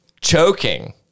Choking